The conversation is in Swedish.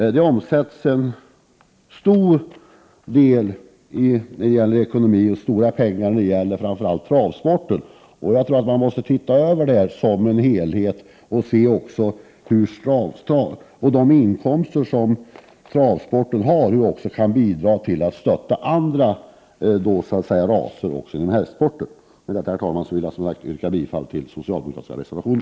Det omsätts stora pengar framför allt inom travsporten, och jag tror att man måste se det här som en helhet, och då även se hur de inkomster som travsporten har kan bidra till att stötta också andra raser inom hästsporten. Med detta, herr talman, vill jag som sagt yrka bifall till den socialdemokratiska reservationen.